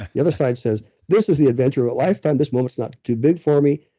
the other side says this is the adventure of a lifetime. this moment's not too big for me.